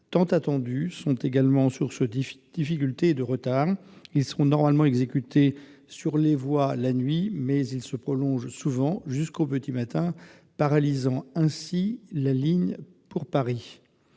tant attendus sont également source de difficultés et de retards. Exécutés sur les voies la nuit, ils se prolongent souvent jusqu'au petit matin, paralysant ainsi la ligne de Paris.